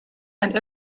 and